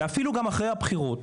ואפילו גם אחרי הבחירות,